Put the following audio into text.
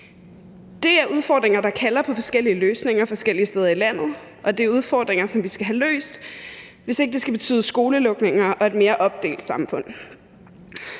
Det er udfordringer, der kalder på forskellige løsninger forskellige steder i landet, og det er udfordringer, som vi skal have løst, hvis ikke det skal betyde skolelukninger og et mere opdelt samfund.